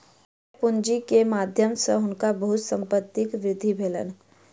share पूंजी के माध्यम सॅ हुनका बहुत संपत्तिक वृद्धि भेलैन